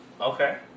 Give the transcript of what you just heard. okay